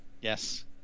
Yes